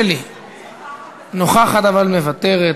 שלי נוכחת אבל מוותרת.